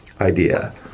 idea